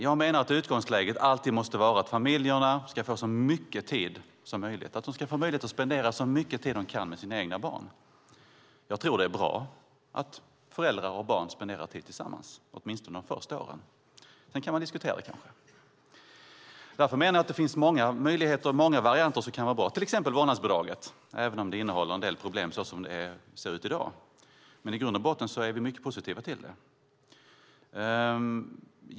Jag menar att utgångsläget alltid måste vara att familjerna ska få så mycket tid som möjligt med sina barn. Jag tror att det är bra att föräldrar och barn spenderar tid tillsammans, åtminstone under barnens första år. Sedan kan man kanske diskutera saken. Det finns många möjligheter och många varianter som kan vara bra, till exempel vårdnadsbidraget, även om det innehåller en del problem som det i dag ser ut. Men i grund och botten är vi mycket positiva till vårdnadsbidraget.